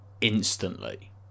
instantly